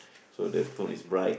so the tone is bright